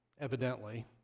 evidently